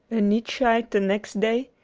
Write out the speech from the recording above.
a nietzscheite the next day,